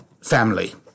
family